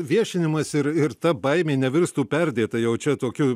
viešinimas ir ir ta baimė nevirstų perdėtai jau čia tokiu